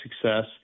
success